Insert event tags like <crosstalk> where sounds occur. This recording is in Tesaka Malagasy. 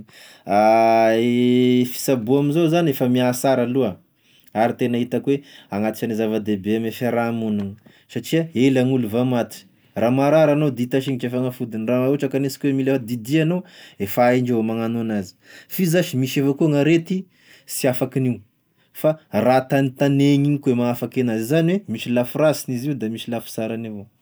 <hesitation> I fisaboa amzao zany efa mihasara aloha ary tena hitako hoe agnati- agnisan'ny zavadehibe ame fiaraha-mognina satria ela gn'olo vao maty, raha marary anao d'hita signitry e fanafodiny, raha ohatra ka hanesika hoe mila didia anao efa haindreo avao magnano anazy, f'izy zash, misy avao koa gn'arety sy afakin'io, fa raha tanitanehiny igny koa mahaafaky anazy, izany hoe misy lafirasiny izy io da misy lafisarany avao.